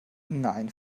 nein